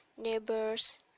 neighbors